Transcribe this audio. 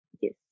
Yes